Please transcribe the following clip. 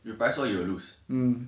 you price war you will lose